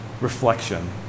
reflection